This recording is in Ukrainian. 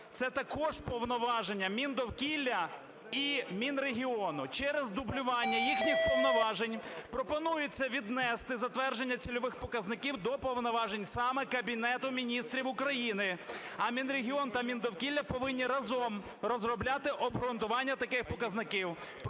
це також повноваження Міндовкілля і Мінрегіону. Через дублювання їхніх повноважень пропонується віднести затвердження цільових показників до повноважень саме Кабінету Міністрів України. А Мінрегіон та Міндовкілля повинні разом розробляти обґрунтування таких показників.